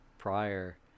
prior